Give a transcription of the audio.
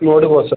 ನೋಡಬೌದ್ sir